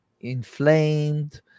inflamed